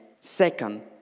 second